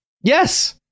Yes